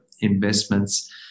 investments